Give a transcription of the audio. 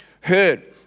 heard